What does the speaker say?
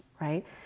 right